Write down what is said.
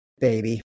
baby